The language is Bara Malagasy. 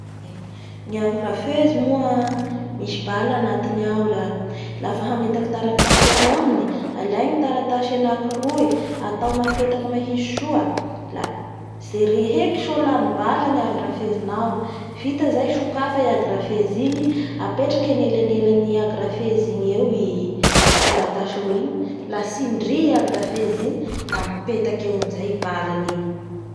Ny agrafeuse moa misy baa antiny ao da lafa hametaky taratasy agnaminy aay ny taratasy anaky roy, atao mipetaky mahintsy soa la jere heky so lany baa ny agrefeuse nao, vita zay sokafa i agrafeuse igny apetraky anelanelan'ny agrafesy igny eo itaratasy roy igny la tsindry i agrafesy igny, la mipetaky eo amizay i baany igny.